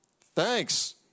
Thanks